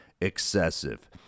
excessive